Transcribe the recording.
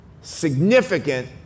significant